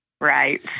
Right